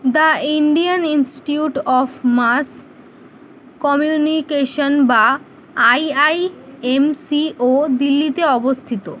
the Indian Institute of mass communication বা I I M C ও দিল্লিতে অবস্থিত